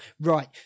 right